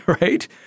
right